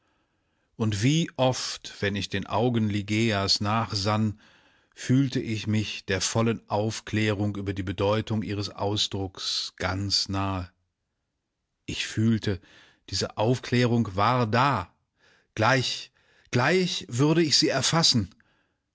und wie oft wenn ich den augen ligeias nachsann fühlte ich mich der vollen aufklärung über die bedeutung ihres ausdrucks ganz nahe ich fühlte diese aufklärung war da gleich gleich würde ich sie erfassen